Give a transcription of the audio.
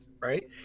Right